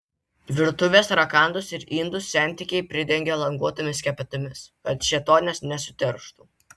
virtuvės rakandus ir indus sentikiai pridengia languotomis skepetomis kad šėtonas nesuterštų